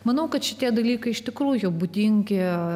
manau kad šitie dalykai iš tikrųjų būdingi